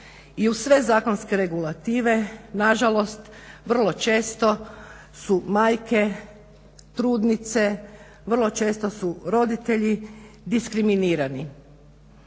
i uz sve zakonske regulative nažalost vrlo često su majke, trudnice, vrlo često su roditelji diskriminirani.